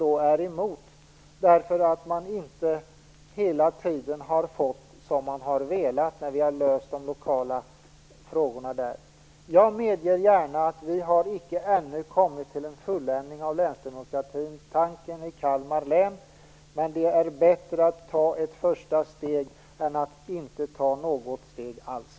Där är man emot, därför att man inte hela tiden har fått som man velat när vi har löst de lokala frågorna där. Jag medger gärna att vi ännu icke har kommit till en fulländning av länsdemokratitanken i Kalmar län. Men det är bättre att ta ett första steg än att inte ta något steg alls.